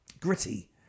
Gritty